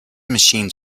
machines